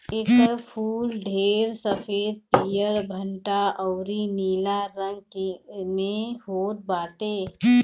एकर फूल ढेर सफ़ेद, पियर, भंटा अउरी नीला रंग में होत बाटे